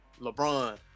LeBron